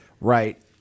Right